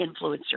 influencer